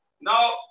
Now